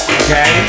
okay